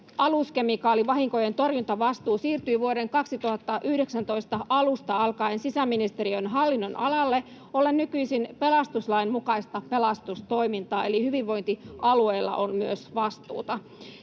aluskemikaalivahinkojen torjuntavastuu siirtyy vuoden 2019 alusta alkaen sisäministeriön hallinnonalalle ollen nykyisin pelastuslain mukaista pelastustoimintaa, eli myös hyvinvointialueilla on vastuuta.